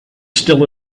still